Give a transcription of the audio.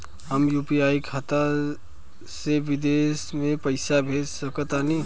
हम यू.पी.आई खाता से विदेश म पइसा भेज सक तानि?